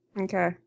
Okay